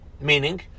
Meaning